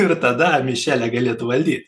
ir tada mišėlė galėtų valdyt